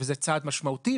וזה צעד משמעותי,